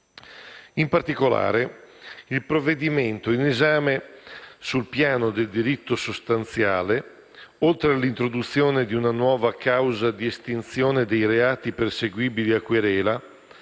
In particolare, il provvedimento in esame, sul piano del diritto sostanziale, oltre all'introduzione di una nuova causa di estinzione dei reati perseguibili a querela,